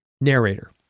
narrator